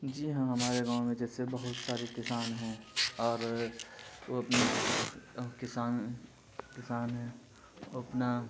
جی ہاں ہمارے گاؤں میں جیسے بہت سارے کسان ہیں اور وہ کسان کسان ہیں وہ اپنا